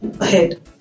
ahead